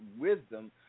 wisdom